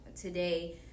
today